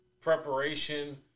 preparation